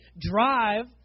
drive